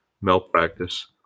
malpractice